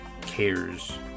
cares